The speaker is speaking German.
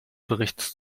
berichts